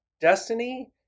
destiny